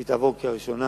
והיא תעבור קריאה ראשונה.